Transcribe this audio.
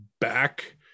back